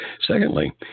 Secondly